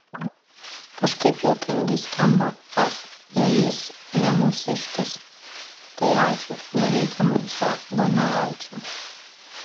kažkaip juokingai skamba ach jei jis ne mūsiškis tai ačiū nereikia mums to donelaičio